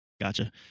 Gotcha